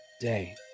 day